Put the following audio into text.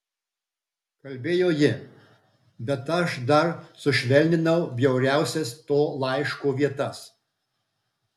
kalbėjo ji bet aš dar sušvelninau bjauriausias to laiško vietas